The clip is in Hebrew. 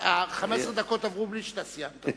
ה-15 דקות עברו בלי שאתה סיימת.